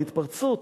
על התפרצות.